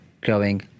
growing